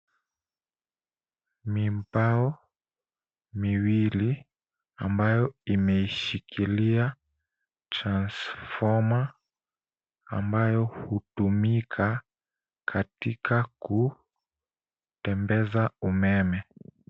Mibao miwili ambayo imeishikilia transfoma ambayo hutumika katika kutembeza umeme.